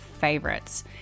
favorites